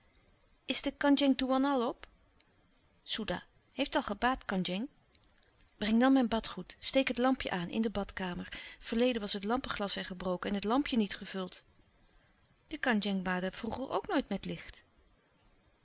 de kandjeng toean al op soeda heeft al gebaad kandjeng breng dan mijn badgoed steek het lampje aan in de badkamer verleden was het lampeglas er gebroken en het lampje niet gevuld de kandjeng baadde vroeger ook nooit met licht